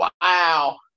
Wow